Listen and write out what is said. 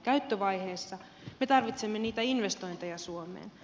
me tarvitsemme niitä investointeja suomeen